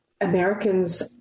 Americans